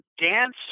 dance